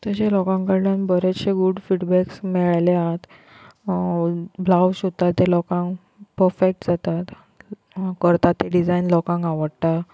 तशें लोकां कडल्यान बरेशे अशे गूड फीडबॅक्स मेळ्ळे आहात ब्लावज शिंवता तें लोकांक परफेक्ट जातात करता तें डिजायन लोकांक आवडटा